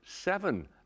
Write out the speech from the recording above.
seven